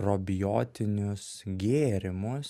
probiotinius gėrimus